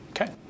Okay